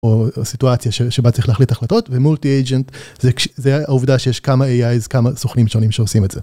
או סיטואציה שבה צריך להחליט החלטות ומולטי אג'נט זה העובדה שיש כמה איי אייז כמה סוכנים שונים שעושים את זה.